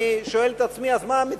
אני שואל את עצמי אז מה המציאות,